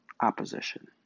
opposition